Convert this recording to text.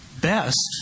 best